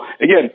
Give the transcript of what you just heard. again